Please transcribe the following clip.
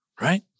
right